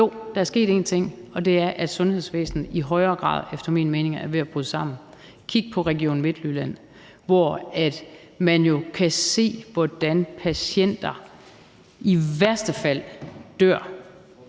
jo, der er sket én ting, og det er, at sundhedsvæsenet i højere grad, efter min mening, er ved at bryde sammen. Kig på Region Midtjylland, hvor man jo kan se, hvordan patienter i værste fald dør